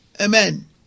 Amen